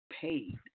Paid